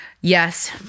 Yes